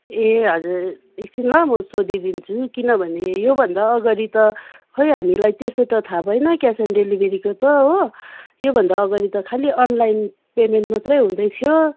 ए हजुर एकछिन ल म सोधिदिन्छु नि किनभने योभन्दा अगाडि त खै हामीलाई त्यसो त थाहा भएन क्यास अन डेलिभरीको त हो योभन्दा अगाडि त खालि अनलाइन पेमेन्ट मात्रै हुँदैथ्यो